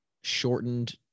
shortened